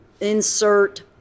insert